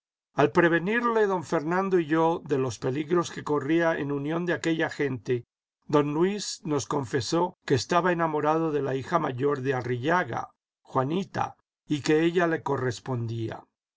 al prevenirle don fernando y yo de los peligros que corría en unión de aquella gente don luis nos confesó que estaba enamorado de la hija mayor de arrillaga juanita y que ella le correspondía